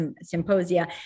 symposia